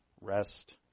rest